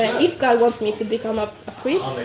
if god wants me to become a priest,